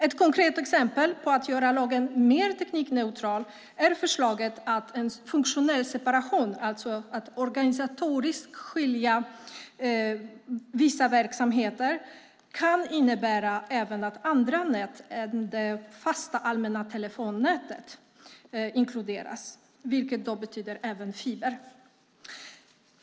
Ett konkret exempel på att göra lagen mer teknikneutral är att förslaget om en funktionell separation, alltså att organisatoriskt avskilja särskilda verksamheter, kan innebära att även andra nät än det fasta, allmänna telefonnätet inkluderas, vilket betyder även fiberbaserade nät.